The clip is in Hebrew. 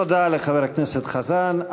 תודה לחבר הכנסת חזן.